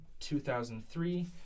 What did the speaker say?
2003